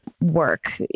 work